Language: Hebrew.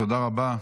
תודה רבה.